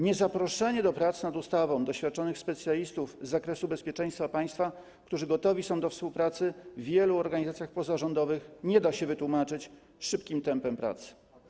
Niezaproszenie do prac nad ustawą doświadczonych specjalistów z zakresu bezpieczeństwa państwa, którzy gotowi są do współpracy w wielu organizacjach pozarządowych, nie da się wytłumaczyć szybkim tempem pracy.